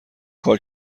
کار